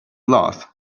loss